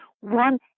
one